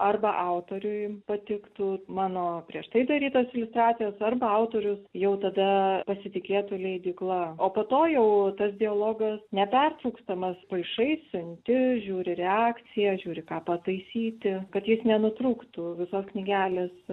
arba autoriui patiktų mano prieš tai darytos iliustracijos arba autorius jau tada pasitikėtų leidykla o po to jau tas dialogas nepertrūkstamas paišai siunti žiūri reakciją žiūri ką pataisyti kad jis nenutrūktų visos knygelės